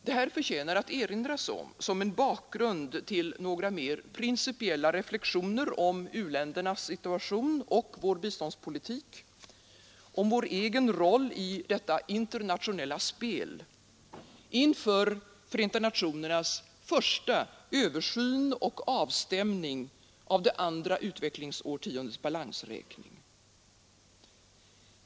Detta förtjänar att erinras om, som en bakgrund till några mer principiella reflexioner om u-ländernas situation och vår biståndspolitik och med tanke på vår egen roll i detta internationella spel inför FN:s första översyn och avstämning av det andra utvecklingsårtiondets balansräkning.